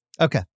Okay